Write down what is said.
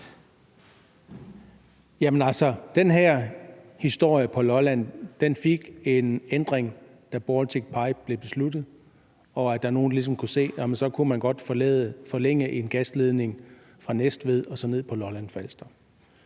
Den her historie på Lolland fik en ændring, da Baltic Pipe blev besluttet, og der var nogle, der ligesom kunne se, at så kunne man godt forlænge en gasledning fra Næstved og ned på Lolland-Falster.